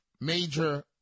major